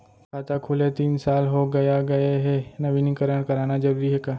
खाता खुले तीन साल हो गया गये हे नवीनीकरण कराना जरूरी हे का?